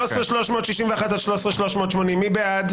13,361 עד 13,380, מי בעד?